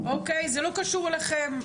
זה לא קשור אליכם.